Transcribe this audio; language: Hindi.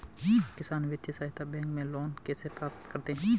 किसान वित्तीय सहायता बैंक से लोंन कैसे प्राप्त करते हैं?